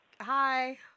Hi